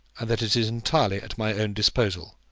and that it is entirely at my own disposal.